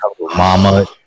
Mama